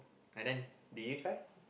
and then did you try